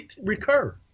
recur